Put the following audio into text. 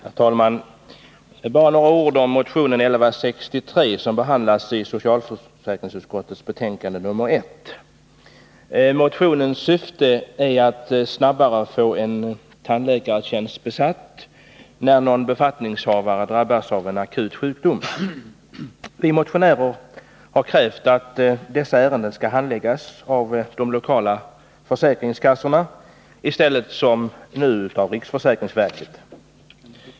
Herr talman! Jag skall bara säga några ord om motionen 1163 som behandlas i socialförsäkringsutskottets betänkande nr 1. Motionens syfte är att snabbare få en tandläkartjänst besatt när någon befattningshavare drabbas av akut sjukdom. Vi motionärer har krävt att dessa ärenden skall handläggas av de lokala försäkringskassorna i stället för som nu av riksförsäkringsverket.